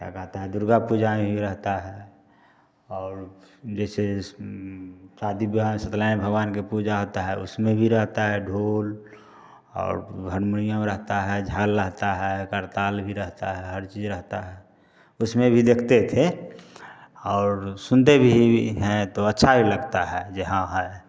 क्या कहते हैं दुर्गा पूजा में भी रहता है और जैसे शादी विवाह में सत्यनारायण भगवान के पूजा होता है उसमें भी रहता है ढोल और हरमुनियम रहता है झाल लहता है करताल भी रहता है हर चीज रहता है उसमें भी देखते थे और सुनते भी हैं तो अच्छा भी लगता है जे हाँ है